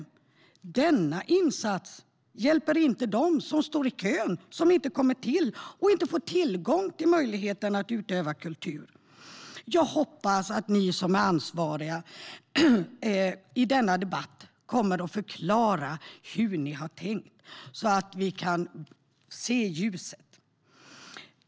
Denna insats hjälper inte dem som står i kö, som inte kommer till och inte får tillgång till möjligheten att utöva kultur. Jag hoppas att ni som är ansvariga kommer att förklara i denna debatt hur ni har tänkt så att vi kan se ljuset.